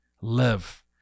live